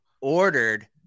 ordered